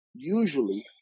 usually